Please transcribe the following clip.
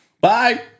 Bye